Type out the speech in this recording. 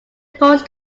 course